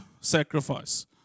sacrifice